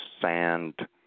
sand